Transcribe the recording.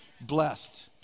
blessed